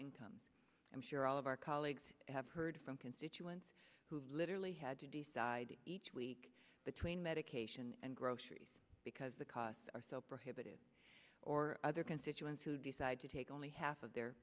income i'm sure all of our colleagues have heard from constituents who literally had to decide each week between medication and groceries because the costs are so prohibitive or other constituents who decide to take only half of their